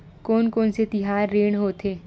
कोन कौन से तिहार ऋण होथे?